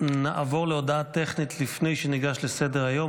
נעבור להודעה טכנית לפני שניגש לסדר-היום.